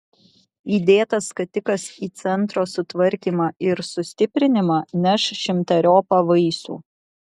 įdėtas skatikas į centro sutvarkymą ir sustiprinimą neš šimteriopą vaisių